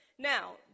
Now